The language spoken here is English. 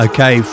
Okay